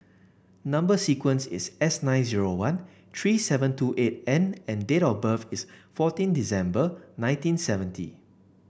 number sequence is S nine zero one three seven two eight N and date of birth is fourteen December nineteen seventy